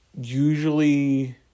usually